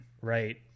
right